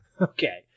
Okay